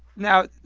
now,